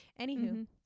Anywho